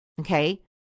Okay